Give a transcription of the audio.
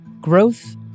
growth